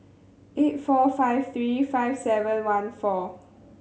eight four five three five seven one four